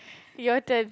your turn